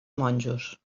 monjos